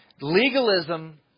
legalism